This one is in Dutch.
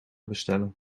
bestellen